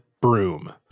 broom